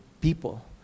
people